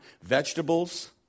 Vegetables